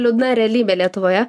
liūdna realybė lietuvoje